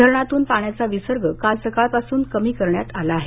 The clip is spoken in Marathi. धरणातून पाण्याचा विसर्ग काल सकाळपासून कमी करण्यात आला आहेत